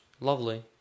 lovely